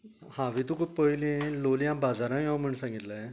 हांवे तुका पयली लोलयां बाजारां यो म्हण सांगिल्ले